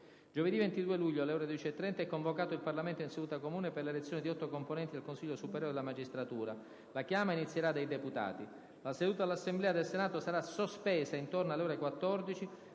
Giovedì 22 luglio, alle ore 12,30, è convocato il Parlamento in seduta comune per l'elezione di otto componenti del Consiglio superiore della magistratura. La chiama inizierà dai deputati. La seduta dell'Assemblea del Senato sarà sospesa intorno alle ore 14,